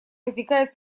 возникает